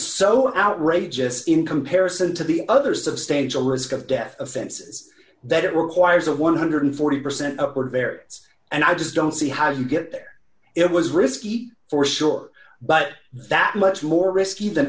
so outrageous in comparison to the other substantial risk of death offenses that it requires a one hundred and forty percent upward variance and i just don't see how you get there it was risky for sure but that much more risky than